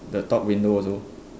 the top window also